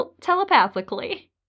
telepathically